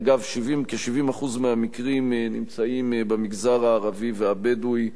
אגב, כ-70% מהמקרים נמצאים במגזר הערבי והבדואי.